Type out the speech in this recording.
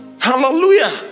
Hallelujah